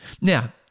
Now